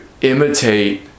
imitate